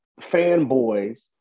fanboys